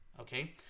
Okay